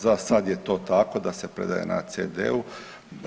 Za sad je to tako, da se predaje na CD-u.